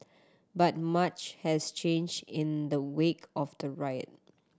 but much has change in the wake of the riot